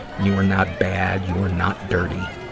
you are not bad, you are not dirty.